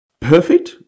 Perfect